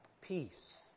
peace